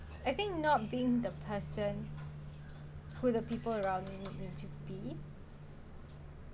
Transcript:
I think not being the person who the people around you need to be